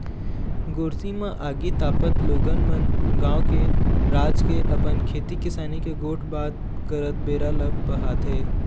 गोरसी म आगी तापत लोगन मन गाँव के, राज के, अपन खेती किसानी के गोठ बात करत बेरा ल पहाथे